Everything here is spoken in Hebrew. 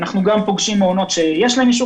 אנחנו גם פוגשים מעונות שיש להם אישור